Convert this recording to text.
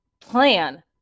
plan